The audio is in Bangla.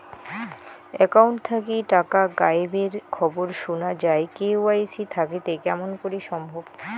একাউন্ট থাকি টাকা গায়েব এর খবর সুনা যায় কে.ওয়াই.সি থাকিতে কেমন করি সম্ভব?